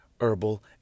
herbal